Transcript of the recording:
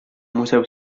museo